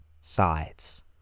sides